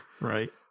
Right